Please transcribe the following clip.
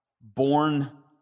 born